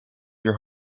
your